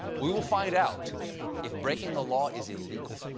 we will find out if breaking the law is illegal.